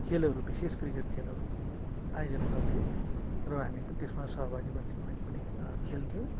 खेलहरू विशेष क्रिकेट खेलहरू आयोजना गर्थे र हामी पनि त्यसमा सहभागी बन्थ्यो हामी पनि खेल्थ्यौँ